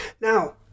Now